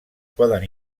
poden